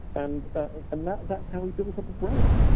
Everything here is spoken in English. and ah and that's that's how he built up a brand.